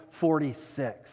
46